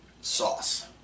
sauce